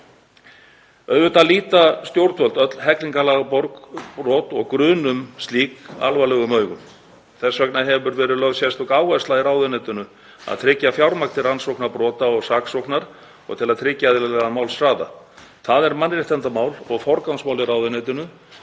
Það er mannréttindamál og forgangsmál í ráðuneytinu,